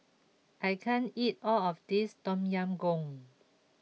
I can't eat all of this Tom Yam Goong